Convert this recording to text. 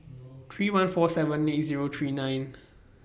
three one four seven eight Zero three nine